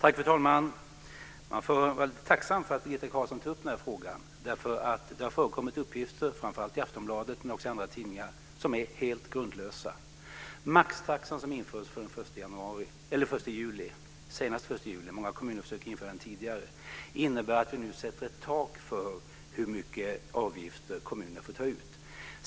Fru talman! Jag är tacksam för att Birgitta Carlsson tog upp denna fråga. Det har förekommit uppgifter, framför allt i Aftonbladet men också i andra tidningar, som är helt grundlösa. Maxtaxan, som införs senast den 1 juli - många kommuner försöker införa den tidigare - innebär att vi sätter ett tak för hur mycket avgifter kommunerna får ta ut.